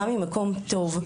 בא ממקום טוב,